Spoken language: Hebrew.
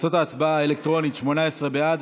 תוצאות ההצבעה האלקטרונית: 18 בעד,